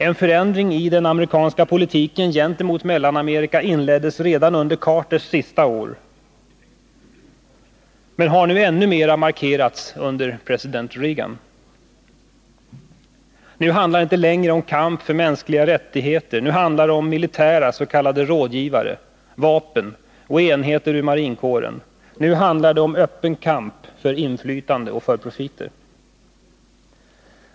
En förändring i den amerikanska politiken gentemot Mellanamerika inleddes redan under Carters sista år, men har ännu mera markerats under president Reagan. Nu handlar det inte längre om kamp för mänskliga rättigheter. Nu handlar det om militära s.k. rådgivare, vapen och enheter ur marinkåren. Nu handlar det om öppen kamp för inflytande och för profiter.